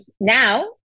now